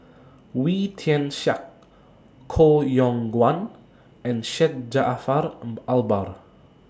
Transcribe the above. Wee Tian Siak Koh Yong Guan and Syed Jaafar Albar